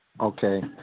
Okay